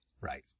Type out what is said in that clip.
Right